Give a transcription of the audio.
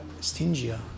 stingier